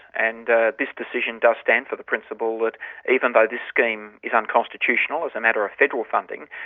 and ah this decision does stand for the principle that even though this scheme is unconstitutional, as a matter of federal funding,